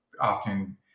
often